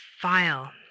file